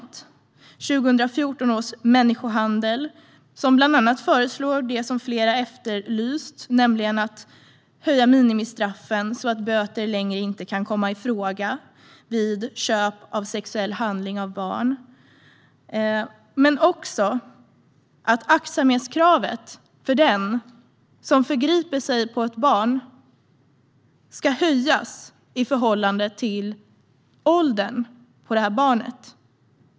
Det handlar till exempel om 2014 års utredning om människohandel, som bland annat föreslår det som flera har efterlyst, nämligen att minimistraffen höjs så att böter inte längre kan komma i fråga vid köp av sexuell handling av barn men också att aktsamhetskravet för den som förgriper sig på ett barn ska höjas i förhållande till åldern på barnet.